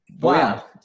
Wow